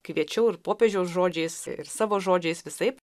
kviečiau ir popiežiaus žodžiais ir savo žodžiais visaip